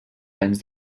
anys